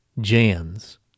Jan's